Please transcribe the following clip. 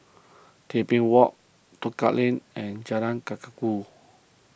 Tebing Walk Duku Lane and Jalan Kakatua